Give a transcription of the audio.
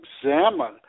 examine